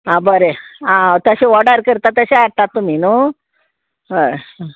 आं बरें आं तशें ऑर्डर करता तशें हाडटा तुमी न्हू हय